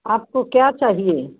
आपको क्या चाहिए